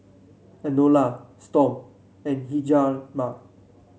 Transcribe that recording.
Enola Storm and Hjalmar